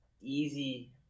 Easy